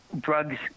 drugs